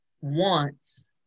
wants